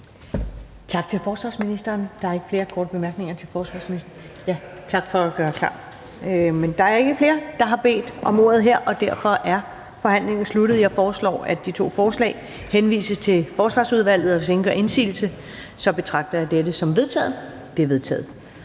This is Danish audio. Tak til forsvarsministeren. Der er ikke flere korte bemærkninger til forsvarsministeren. Da der ikke er flere, som har bedt om ordet, er forhandlingen sluttet. Jeg foreslår, at forslagene henvises til Forsvarsudvalget. Hvis ingen gør indsigelse, betragter jeg dette som vedtaget. Det er vedtaget.